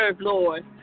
lord